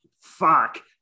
Fuck